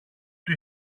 του